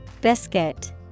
Biscuit